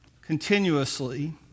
continuously